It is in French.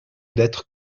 d’être